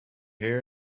here